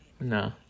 No